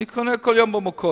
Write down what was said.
אני קונה כל יום במכולת,